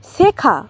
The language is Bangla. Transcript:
শেখা